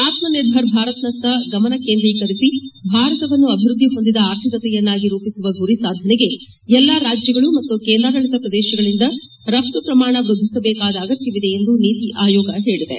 ಆತ್ನ ನಿರ್ಭರ್ ಭಾರತ್ನತ್ತ ಗಮನ ಕೇಂದ್ರೀಕರಿಸಿ ಭಾರತವನ್ನು ಅಭಿವೃದ್ದಿಹೊಂದಿದ ಅರ್ಥಿಕತೆಯನ್ನಾಗಿ ರೂಪಿಸುವ ಗುರಿ ಸಾಧನೆಗೆ ಎಲ್ಲಾ ರಾಜ್ಯಗಳು ಮತ್ತು ಕೇಂದ್ರಾಡಳಿತ ಪ್ರದೇಶಗಳಿಂದ ರಫ್ತು ಪ್ರಮಾಣ ವೃದ್ದಿಸಬೇಕಾದ ಅಗತ್ವವಿದೆ ಎಂದು ನೀತಿ ಆಯೋಗ ಹೇಳಿದೆ